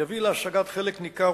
יביא להשגת חלק ניכר,